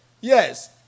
Yes